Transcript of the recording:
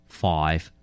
five